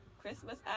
Christmas